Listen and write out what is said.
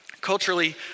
Culturally